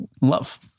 Love